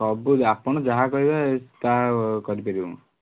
ସବୁ ଆପଣ ଯାହା କହିବେ ତାହା କରିପାରିବୁ